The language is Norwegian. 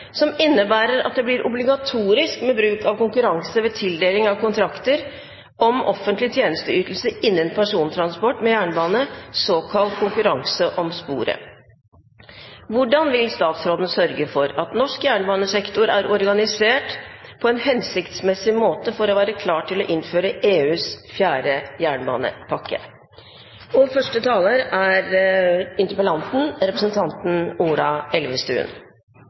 som bl.a. innebærer at det blir obligatorisk med bruk av konkurranse ved tildeling av kontrakter om offentlig tjenesteytelse innen persontransport med jernbane, såkalt konkurranse om sporet. Fra Venstres side er vi tydelige på at konkurranse er ingenting å være bekymret for. Det skjerper leverandørene og